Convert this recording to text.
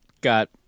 got